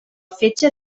fetge